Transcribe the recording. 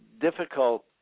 difficult